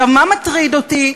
עכשיו, מה מטריד אותי?